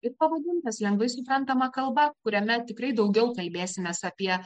ir pavadintas lengvai suprantama kalba kuriame tikrai daugiau kalbėsimės apie